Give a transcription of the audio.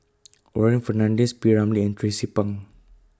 Warren Fernandez P Ramlee and Tracie Pang